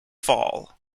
fall